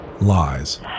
Lies